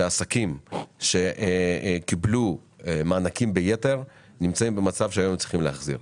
שעסקים שקיבלו מענקים ביתר נמצאים במצב שהיום הם צריכים להחזיר.